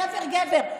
גבר-גבר.